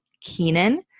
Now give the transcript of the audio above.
Keenan